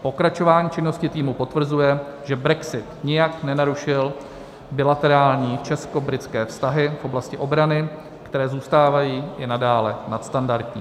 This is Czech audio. Pokračování činnosti týmu potvrzuje, že brexit nijak nenarušil bilaterální českobritské vztahy v oblasti obrany, které zůstávají i nadále nadstandardní.